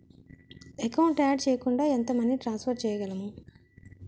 Account add చేయకుండా ఎంత money transfer చేయగలము?